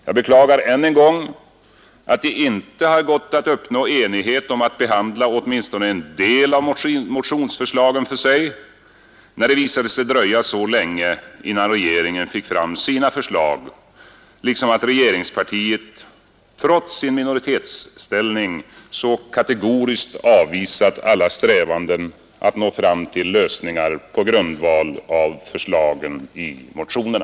Jag beklagar än en gång att det inte gått att uppnå enighet om att behandla åtminstone en del av motionsförslagen för sig, när det visade sig dröja så länge innan regeringen fick fram sina förslag, liksom att regeringspartiet — trots sin minoritetsställning — så kategoriskt avvisat alla strävanden att nå fram till lösningar på grundval av förslagen i motionerna.